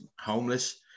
homeless